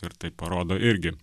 ir tai parodo irgi